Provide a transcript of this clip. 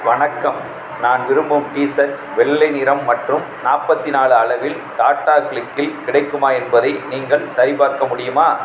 வணக்கம் நான் விரும்பும் டி ஷர்ட் வெள்ளை நிறம் மற்றும் நாற்பத்தி நாலு அளவில் டாடா க்ளிக்கில் கிடைக்குமா என்பதை நீங்கள் சரிபார்க்க முடியுமா